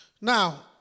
Now